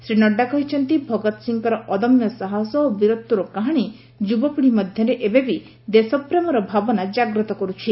ଶ୍ରୀ ନଡ୍ଡା କହିଛନ୍ତି ଭଗତ ସିଂଙ୍କର ଅଦମ୍ୟ ସାହସ ଓ ବୀରତ୍ୱର କାହାଣୀ ଯୁବପିଢ଼ି ମଧ୍ୟରେ ଏବେ ବି ଦେଶପ୍ରେମର ଭାବନା ଜାଗ୍ରତ କରୁଛି